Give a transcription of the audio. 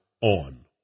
on